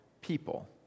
people